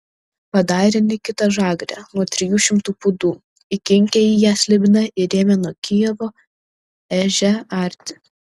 padarė nikita žagrę nuo trijų šimtų pūdų įkinkė į ją slibiną ir ėmė nuo kijevo ežią arti